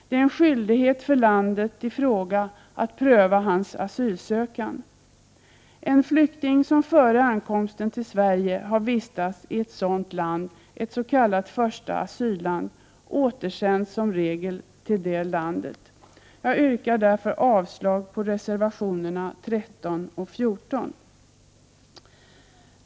Det är en skyldighet för landet i fråga att pröva hans asylansökan. En flykting som före ankomsten till Sverige har vistats i ett sådant land, ett s.k. första asylland, återsänds som regel till det landet. Jag yrkar därför avslag på reservationerna 13 och 14.